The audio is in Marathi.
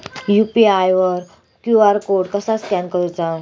यू.पी.आय वर क्यू.आर कोड कसा स्कॅन करूचा?